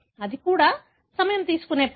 కాబట్టి అది కూడా సమయం తీసుకునే పని